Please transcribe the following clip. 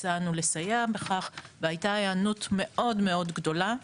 הצענו לסייע בכך והייתה היענות מאוד גדולה.